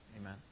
Amen